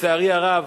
לצערי הרב